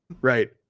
right